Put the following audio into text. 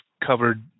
covered